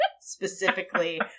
specifically